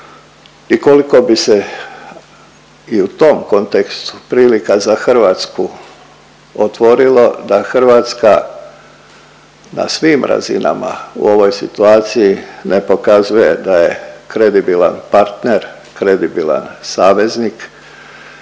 i koliko bi se i u tom kontekstu prilika za Hrvatsku otvorilo da Hrvatska na svim razinama u ovoj situaciji ne pokazuje da je kredibilan partner, kredibilan saveznik